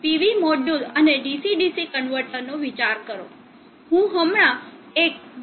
PV module અને DC DC કન્વર્ટરનો વિચાર કરો હું હમણાં એક બક કન્વર્ટર લખીશ